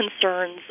concerns